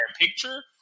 picture